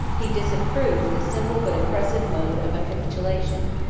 he disapproved the simple but oppressive mode of a capitation,